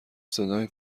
صدای